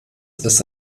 ist